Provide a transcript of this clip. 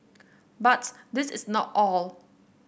but this is not all